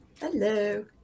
hello